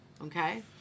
okay